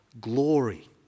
glory